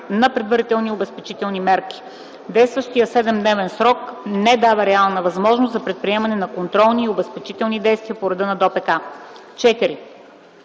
на предварителни обезпечителни мерки. Действащият 7-дневен срок не дава реална възможност за предприемане на контролни и обезпечителни действия по реда на ДОПК. 4.